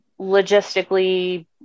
logistically